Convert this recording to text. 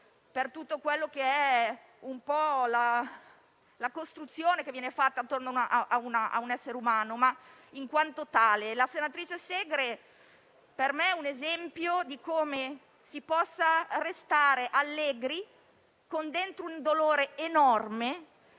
per tutta la costruzione che viene fatta intorno a un essere umano. Ma, in quanto tale, la senatrice Segre per me è un esempio di come si possa restare allegri con dentro un dolore enorme,